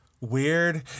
weird